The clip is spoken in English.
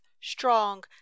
strong